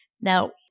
Now